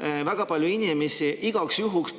väga palju inimesi igaks juhuks,